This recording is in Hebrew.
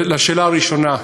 לשאלה הראשונה,